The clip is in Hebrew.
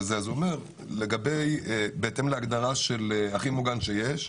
ואומר שבהתאם להגדרה של "הכי מוגן שיש"